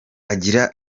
agira